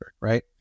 Right